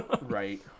Right